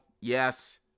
Yes